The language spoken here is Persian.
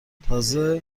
تازه